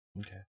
Okay